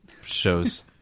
shows